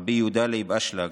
ר' יהודה לייב אשלג,